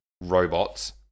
robots